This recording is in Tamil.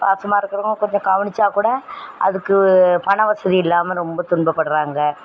பாசமாக இருக்கிறவுங்க கொஞ்சம் கவனித்தா கூட அதுக்கு பண வசதி இல்லாமல் ரொம்ப துன்பப்படுறாங்க